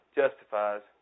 justifies